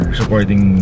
supporting